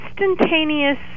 instantaneous